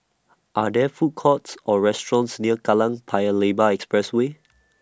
Are There Food Courts Or restaurants near Kallang Paya Lebar Expressway